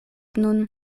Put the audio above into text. nun